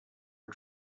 are